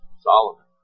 Solomon